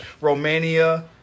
Romania